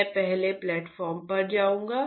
मैं अगले प्लेटफॉर्म पर जाऊंगा